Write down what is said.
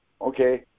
okay